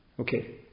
Okay